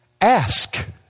Ask